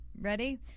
Ready